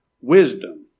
Wisdom